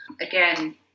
again